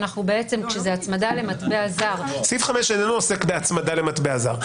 שזאת הצמדה למטבע זר --- סעיף 5 איננו עוסק בהצמדה למטבע זר.